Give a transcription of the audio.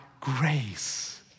grace